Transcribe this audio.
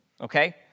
Okay